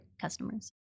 customers